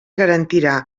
garantirà